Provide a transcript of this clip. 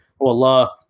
Allah